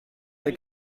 der